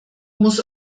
muss